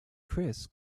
chris